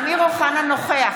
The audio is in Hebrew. אמיר אוחנה, נוכח.